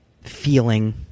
feeling